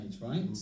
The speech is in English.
right